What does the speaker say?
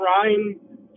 trying